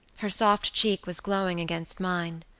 her soft cheek was glowing against mine.